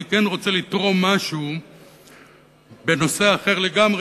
כן רוצה לתרום משהו בנושא אחר לגמרי,